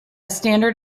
standard